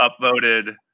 upvoted